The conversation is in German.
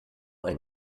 ein